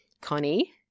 Connie